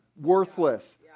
worthless